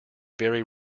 very